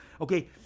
Okay